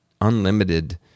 unlimited